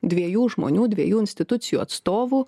dviejų žmonių dviejų institucijų atstovų